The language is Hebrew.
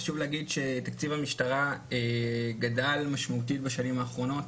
חשוב להגיד שתקציב המשטרה גדל משמעותית בשנים האחרונות.